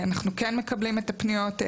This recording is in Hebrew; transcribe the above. אנחנו כן מקבלים את הפניות.